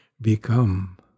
become